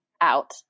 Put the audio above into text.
out